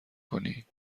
کنی